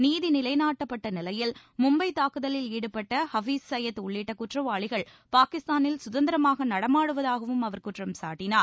நீதி நிலைநாட்டப்பட்ட நிலையில் மும்பை தாக்குதலில் ஈடுபட்ட ஹபீஸ் சையத் உள்ளிட்ட குற்றவாளிகள் பாகிஸ்தானில் சுதந்திரமாக நடமாடுவதாகவும் அவர் குற்றம் சாட்டினார்